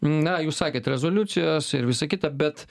na jūs sakėt rezoliucijos ir visa kita bet